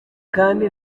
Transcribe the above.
kandi